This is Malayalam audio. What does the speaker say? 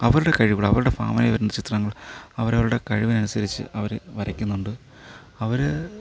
അവരുടെ കഴിവുകൾ അവരുടെ ഭാവനയിൽ വരുന്ന ചിത്രങ്ങൾ അവരവരുടെ കഴിവിന് അനുസരിച്ചു അവർ വരയ്ക്കുന്നുണ്ട് അവർ